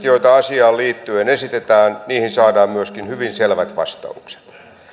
joita asiaan liittyen esitetään saadaan myöskin hyvin selvät vastaukset